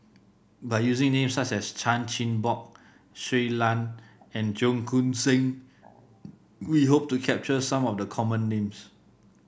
by using names such as Chan Chin Bock Shui Lan and Cheong Koon Seng we hope to capture some of the common names